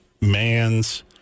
man's